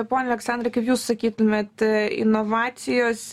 pone aleksandrai kaip jūs sakytumėt inovacijos